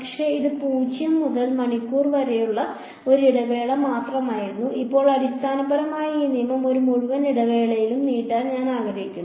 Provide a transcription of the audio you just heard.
പക്ഷേ ഇത് 0 മുതൽ മണിക്കൂർ വരെയുള്ള ഒരു ഇടവേള മാത്രമായിരുന്നു ഇപ്പോൾ അടിസ്ഥാനപരമായി ഈ നിയമം ഒരു മുഴുവൻ ഇടവേളയിലും നീട്ടാൻ ഞാൻ ആഗ്രഹിക്കുന്നു